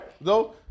No